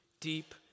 deep